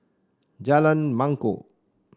Jalan Mangkok